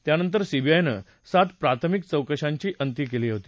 त्यानंतर सीबीआयनं सात प्राथमिक चौकशांची नोंद केली होती